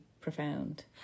profound